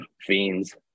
fiends